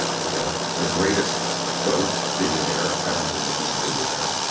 we have the greatest dope billionaire, i don't even think he's a billionaire,